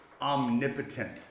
omnipotent